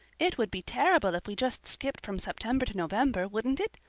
it would be terrible if we just skipped from september to november, wouldn't it?